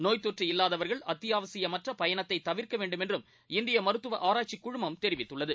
நோய் தொற்று இல்லாதவர்கள் அத்தியாவசியமற்றபயணத்தைதவிர்க்கவேண்டும் என்றும் இந்தியமருத்துவஆராய்ச்சிகுழுமம் தெரிவித்துள்ளது